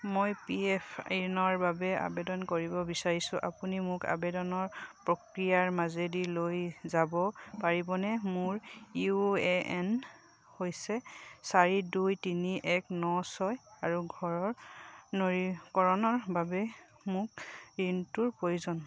মই P F ঋণৰ বাবে আবেদন কৰিব বিচাৰিছোঁ আপুনি মোক আবেদনৰ প্ৰক্ৰিয়াৰ মাজেদি লৈ যাব পাৰিবনে মোৰ ইউ এ এন হৈছে চাৰি দুই তিনি এক ন ছয় আৰু ঘৰৰ নৱীকৰণৰ বাবে মোক ঋণটোৰ প্ৰয়োজন